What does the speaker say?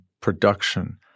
production